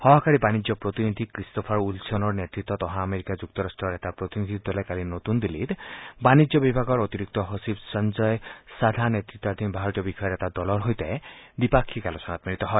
সহকাৰী বাণিজ্য প্ৰতিনিধি ক্ৰিষ্টোফাৰ উইলছনৰ নেতত্ত অহা আমেৰিকা যুক্তৰাট্টৰ এটা প্ৰতিনিধি দলে কালি নতূন দিল্লীত বাণিজ্য বিভাগৰ অতিৰিক্ত সচিব সঞ্জয় চাধা নেত়ত্বাধীন ভাৰতীয় বিষয়াৰ এটা দলৰ সৈতে দ্বিপাক্ষিক আলোচনাত মিলিত হয়